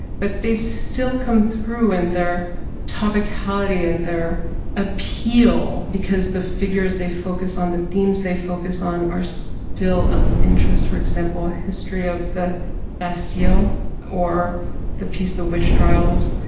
but they still come through, in their topicality and their appeal. because the figures they focus on, the themes they focus on, are so still of interest. for example, history of the bastille. or the piece, the witch trials,